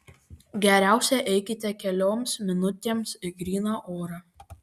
geriausia eikite kelioms minutėms į gryną orą